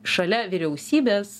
šalia vyriausybės